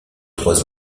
trois